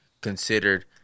considered